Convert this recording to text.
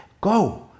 Go